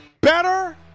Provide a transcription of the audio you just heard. better